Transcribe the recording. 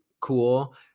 cool